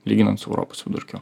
lyginant su europos vidurkiu